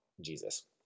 Jesus